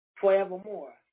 forevermore